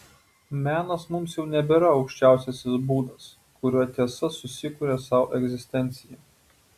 menas mums jau nebėra aukščiausiasis būdas kuriuo tiesa susikuria sau egzistenciją